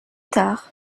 tard